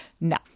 No